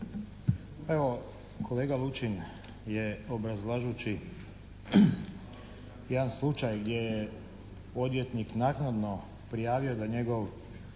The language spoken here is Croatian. Evo, kolega Lučin je obrazlažući jedan slučaj gdje je odvjetnik naknadno prijavio da njegov